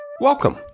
Welcome